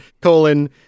colon